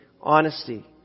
honesty